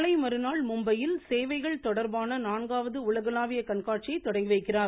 நாளை மறுநாள் மும்பையில் சேவைகள் தொடர்பான நான்காவது உலகளாவிய கண்காட்சியை தொடங்கி வைக்கிறார்